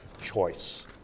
choice